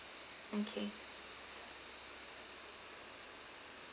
okay